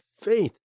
faith